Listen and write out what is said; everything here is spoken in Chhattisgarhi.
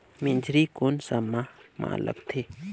मेझरी कोन सा माह मां लगथे